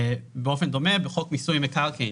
באופן דומה בחוק מיסוי מקרקעין,